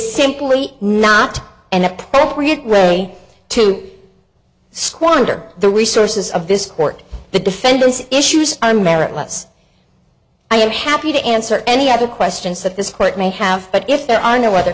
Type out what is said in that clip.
simply not an appropriate road to squander the resources of this court the defendant issues on merit less i am happy to answer any other questions that this court may have but if there are no other